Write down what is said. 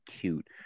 cute